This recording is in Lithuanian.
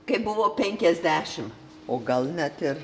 kai buvo penkiasdešim o gal net ir